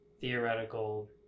theoretical